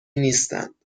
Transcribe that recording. نیستند